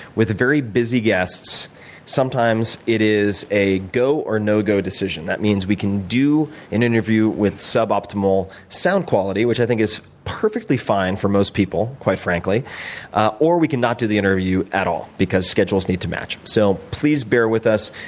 with very busy guests sometimes it is a go or no-go decision. that means we can do an interview with suboptimal sound quality which i think is perfectly fine with most people quite frankly or we cannot do the interview at all because schedules need to match. so please bear with us.